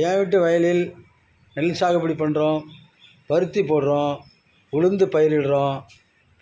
என் வீட்டு வயலில் நெல் சாகுபடி பண்கிறோம் பருத்தி போடுகிறோம் உளுந்து பயிரிடறோம்